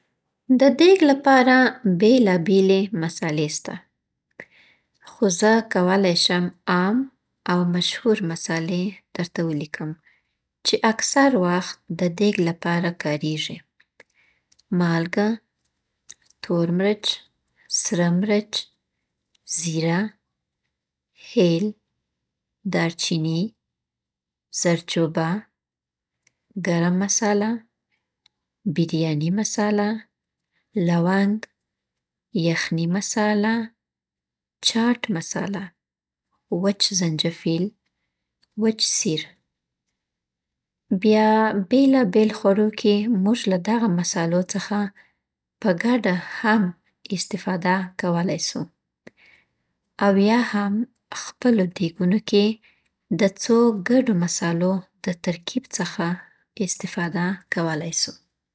د دیګ لپاره بیلا بیلې مصالحې سته. خو زه کولی شم عام او مشهور مصالحې درته ولیکم چې اکثر وخت د دیګ لپاره کارېږي. مالګه، تور مرچ، سره مرچ، زیره، هیل، دارچیني، زردچوبه، ګرم مساله، بریاني مساله، لونګ، یخني مساله، چاډ مساله، وچ زنجفیل، وچ سیر. بیا بیلا بیل خوړو کې موږ له دغه مصالو څخه په ګډه هم استفاده کولی سو. او یا هم خپلو دیګونو کې د څو ګډو مصالحو د ترکیب څخه هم استفاده کولی سو.